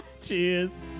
Cheers